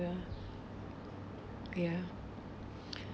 ya ya